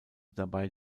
dabei